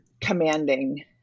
commanding